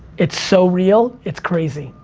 it's so real, it's crazy.